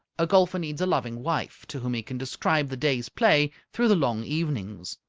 a golfer needs a loving wife, to whom he can describe the day's play through the long evenings.